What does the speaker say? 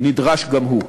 נדרש גם הוא.